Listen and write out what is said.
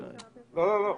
לא, לא.